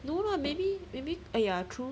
no lah maybe maybe ah ya true